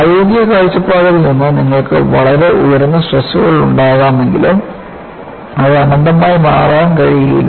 പ്രായോഗിക കാഴ്ചപ്പാടിൽ നിന്ന് നിങ്ങൾക്ക് വളരെ ഉയർന്ന സ്ട്രെസ്കളുണ്ടെങ്കിലും അത് അനന്തമായി മാറാൻ കഴിയില്ല